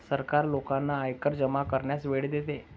सरकार लोकांना आयकर जमा करण्यास वेळ देते